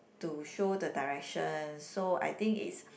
to show the directions so I think is